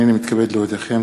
הנני מתכבד להודיעכם,